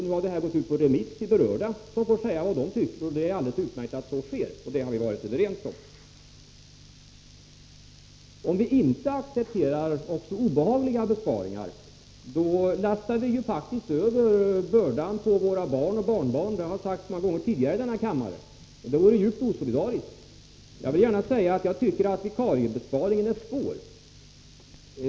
Nu har förslaget gått ut på remiss till berörda organ, som får säga vad de tycker. Det är alldeles utmärkt att så sker, och det har vi varit överens om. Om vi inte accepterar också obehagliga besparingar, då lastar vi ju faktiskt över bördan på våra barn och barnbarn — det har sagts många gånger tidigare i denna kammare — och det vore djupt osolidariskt. Jag vill gärna säga att jag tycker att vikariebesparingen är svår.